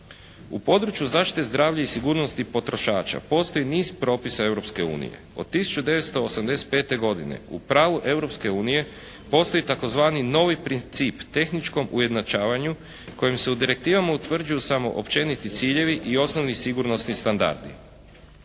U području zaštite zdravlja i sigurnosti potrošača postoji niz propisa Europske unije. Od 1985. godine u pravu Europske unije postoji tzv. novi princip tehničkom ujednačavanju kojim se u direktivama utvrđuju samo općeniti ciljevi i osnovni sigurnosni standardi.